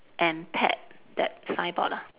and Ted that signboard ah